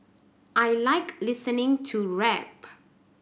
I like listening to rap